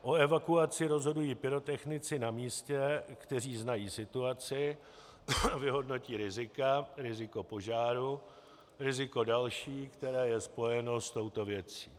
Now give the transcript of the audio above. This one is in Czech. O evakuaci rozhodují pyrotechnici na místě, kteří znají situaci, vyhodnotí rizika riziko požáru, riziko další, které je spojeno s touto věcí.